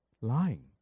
lying